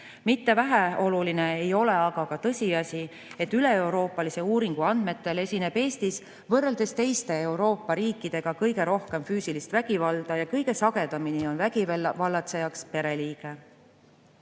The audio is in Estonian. Mitte vähem oluline ei ole ka tõsiasi, et üleeuroopalise uuringu andmetel esineb Eestis võrreldes teiste Euroopa riikidega kõige rohkem füüsilist vägivalda ja kõige sagedamini on vägivallatsejaks pereliige.